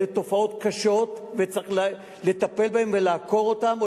אלה תופעות קשות וצריך לטפל בהן ולעקור אותן,